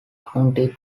county